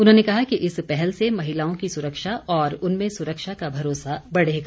उन्होंने कहा कि इस पहल से महिलाओं की सुरक्षा और उनमें सुरक्षा का भरोसा बढ़ेगा